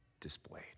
displayed